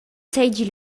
seigi